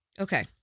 Okay